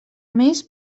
més